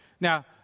Now